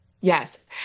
Yes